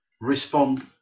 respond